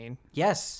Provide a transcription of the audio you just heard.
Yes